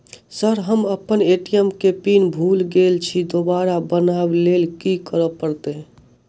Sir हम अप्पन ATM केँ पिन भूल गेल छी दोबारा बनाब लैल की करऽ परतै?